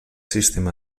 sistema